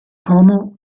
como